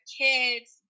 kids